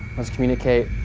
let's communicate.